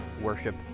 worship